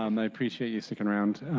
um i appreciate you sticking around.